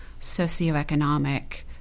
socioeconomic